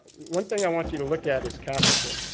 one thing i want you to look at is castleton.